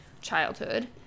childhood